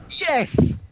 Yes